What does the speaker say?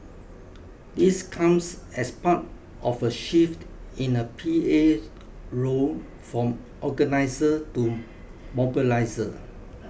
this comes as part of a shift in a P A role from organiser to mobiliser